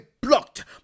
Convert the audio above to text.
blocked